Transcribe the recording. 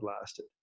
lasted